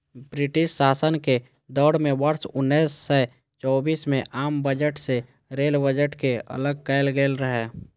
British शासन के दौर मे वर्ष उन्नैस सय चौबीस मे आम बजट सं रेल बजट कें अलग कैल गेल रहै